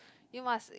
you must